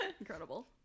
Incredible